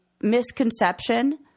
misconception